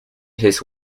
his